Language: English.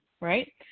right